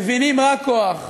מבינים רק כוח.